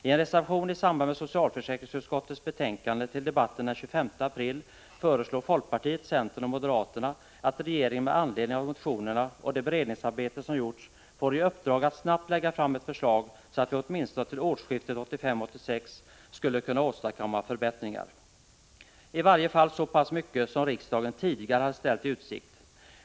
I en reservation till socialförsäkringsutskottets betänkande till debatten den 25 april föreslog folkpartiet, centern och moderaterna att regeringen, med anledning av motionerna och det beredningsarbete som gjorts, skulle få i uppdrag att snabbt lägga fram ett förslag, så att vi åtminstone till årsskiftet 1985-1986 skulle kunna åstadkomma förbättringar, i varje fall så pass mycket som riksdagen tidigare hade ställt i utsikt.